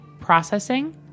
processing